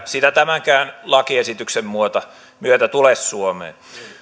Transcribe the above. sitä tämänkään lakiesityksen myötä tule suomeen